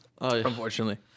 unfortunately